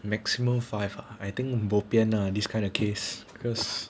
maximum five ah I think bo pian lah this kind of case because